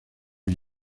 lui